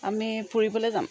আমি ফুৰিবলৈ যাম